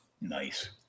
Nice